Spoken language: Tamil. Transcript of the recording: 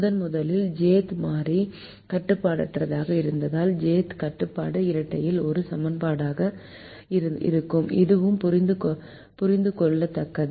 முதன்முதலில் j'th மாறி கட்டுப்பாடற்றதாக இருந்தால் j'th கட்டுப்பாடு இரட்டையில் ஒரு சமன்பாடாக இருக்கும் இதுவும் புரிந்துகொள்ளத்தக்கது